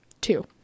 two